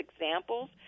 examples